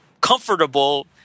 comfortable –